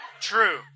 True